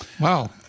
Wow